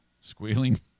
squealing